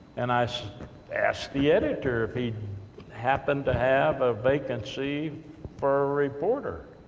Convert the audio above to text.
and i so asked the editor if he happened to have a vacancy for a reporter,